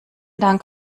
dank